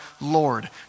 Lord